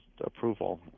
approval